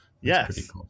Yes